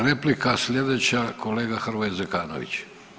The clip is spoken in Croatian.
Replika slijedeća kolega Hrvoje Zekanović.